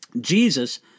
Jesus